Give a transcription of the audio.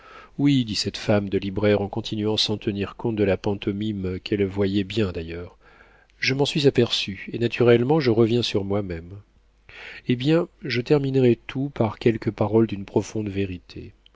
oui dit cette femme de libraire en continuant sans tenir compte de la pantomime qu'elle voyait bien d'ailleurs je m'en suis aperçue et naturellement je reviens sur moi-même eh bien je terminerai tout par quelques paroles d'une profonde vérité